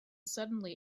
suddenly